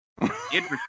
interesting